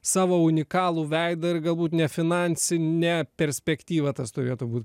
savo unikalų veidą ir galbūt ne finansinę perspektyvą tas turėtų būt